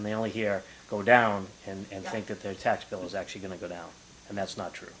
and they only hear go down and think that their tax bill is actually going to go down and that's not true